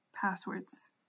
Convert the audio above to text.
passwords